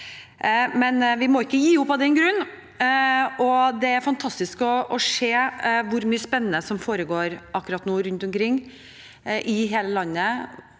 vi må ikke gi opp av den grunn. Det er fantastisk å se hvor mye spennende som foregår akkurat nå rundt omkring i hele landet,